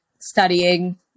studying